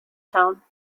tone